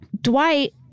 Dwight